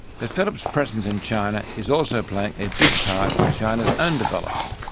but philips' presence in china is also playing a big part in china's own development.